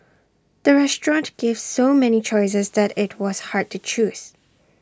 the restaurant gave so many choices that IT was hard to choose